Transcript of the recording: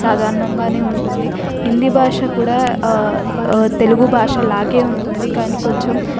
సాధారణంగానే ఉంటుంది హిందీ భాష కూడా తెలుగు భాష లాగే ఉంటుంది కానీ కొంచెం